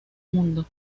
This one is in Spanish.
mundo